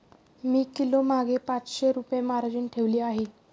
मी किलोमागे पाचशे रुपये मार्जिन ठेवली आहे